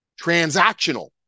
transactional